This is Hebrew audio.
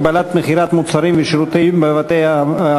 הגבלת מכירת מוצרים ושירותים בבתי-עלמין),